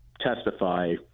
testify